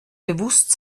bewusst